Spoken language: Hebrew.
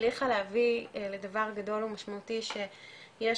הצליחה להביא לדבר גדול ומשמעותי שיש